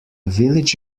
village